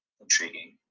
intriguing